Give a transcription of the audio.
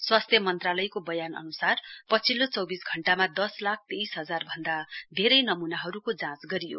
स्वास्थ्य मन्त्रालयको बयान अन्सार पछिल्लो चौविस घण्टामा दस लाख तेइस हजारभन्दा धेरै नमूनाहरूको जाँच गरियो